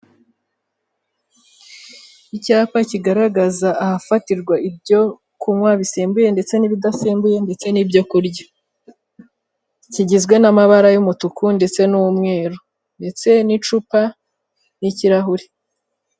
Icyapa kigaragaza ahafatirwa ibyo kunywa bisembuye ndetse n'ibidasembuye ndetse n'ibyo kurya, kigizwe n'amabara y'umutuku ndetse n'umweru ndetse n'icupa ry'ikirahure.